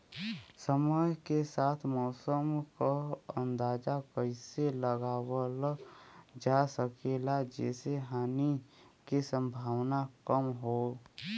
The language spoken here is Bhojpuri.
समय के साथ मौसम क अंदाजा कइसे लगावल जा सकेला जेसे हानि के सम्भावना कम हो?